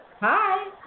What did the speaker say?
Hi